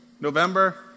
November